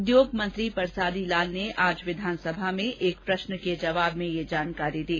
उद्योग मंत्री परसादीलाल ने आज विधानसभा में एक तारांकित प्रष्न के जवाब में यह जानकारी दी